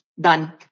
Done